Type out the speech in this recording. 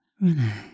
relax